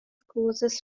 causes